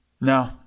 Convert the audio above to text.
No